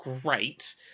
great